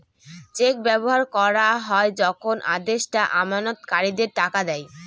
check ব্যবহার করা হয় যখন আদেষ্টা আমানতকারীদের টাকা দেয়